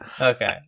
Okay